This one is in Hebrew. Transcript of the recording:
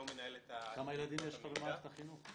כמה ילדים יש לך במערכת החינוך?